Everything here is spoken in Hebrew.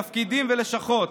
תפקידים ולשכות,